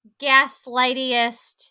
gaslightiest